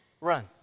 run